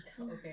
okay